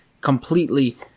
completely